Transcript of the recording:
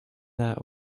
that